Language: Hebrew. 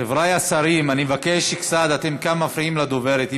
חברי השרים, אני מבקש קצת, אתם מפריעים לדוברת.